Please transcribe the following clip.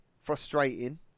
frustrating